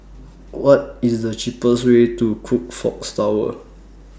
What IS The cheapest Way to Crockfords Tower